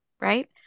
right